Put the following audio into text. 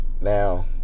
Now